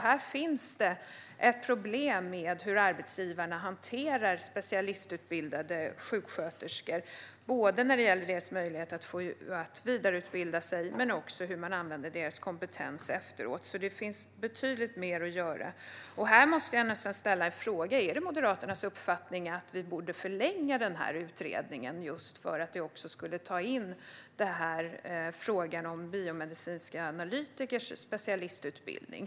Här finns ett problem med hur arbetsgivarna hanterar specialistutbildade sjuksköterskor, både när det gäller deras möjligheter att vidareutbilda sig och när det gäller hur man använder deras kompetens efteråt. Det finns betydligt mer att göra. Här måste jag ställa en fråga: Är det Moderaternas uppfattning att vi borde förlänga den här utredningen för att man också ska kunna ta in frågan om biomedicinska analytikers specialistutbildning?